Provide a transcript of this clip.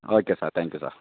okay sir thank you sir